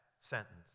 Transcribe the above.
sentence